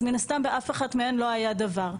אז מין הסתם באף אחת מהן לא היה דבר.